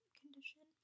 condition